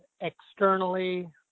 externally